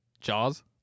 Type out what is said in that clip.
Jaws